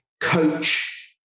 coach